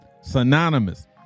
Synonymous